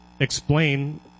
explain